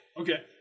Okay